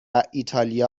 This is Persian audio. ایتالیا